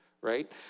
Right